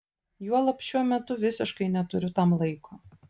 juolab šiuo metu visiškai neturiu tam laiko